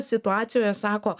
situacijoje sako